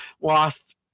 lost